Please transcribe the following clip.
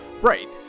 Right